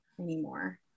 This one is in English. anymore